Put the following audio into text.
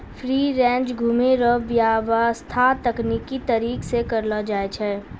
free range घुमै रो व्याबस्था तकनिकी तरीका से करलो जाय छै